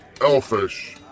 Elfish